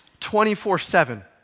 24-7